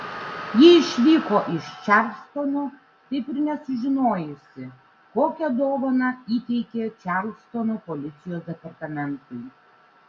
ji išvyko iš čarlstono taip ir nesužinojusi kokią dovaną įteikė čarlstono policijos departamentui